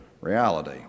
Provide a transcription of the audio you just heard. reality